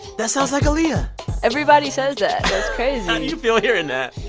that sounds like aaliyah everybody says that. that's crazy how do you feel hearing that?